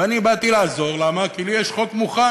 ואני באתי לעזור, ואמרתי: לי יש חוק מוכן.